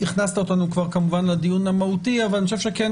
הכנסת אותנו לדיון המהותי אבל אני חושב שכן